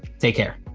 take care.